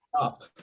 up